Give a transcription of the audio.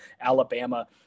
Alabama